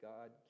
God